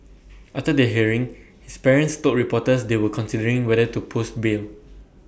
after the hearing his parents told reporters they were considering whether to post bail